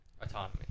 Autonomy